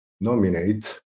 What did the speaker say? nominate